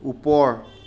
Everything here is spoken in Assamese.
ওপৰ